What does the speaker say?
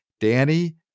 Danny